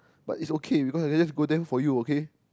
but it's okay because I just go there for you okay